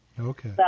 Okay